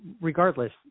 Regardless